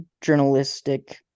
journalistic